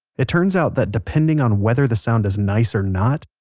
it turns out that depending on whether the sound is nice or not,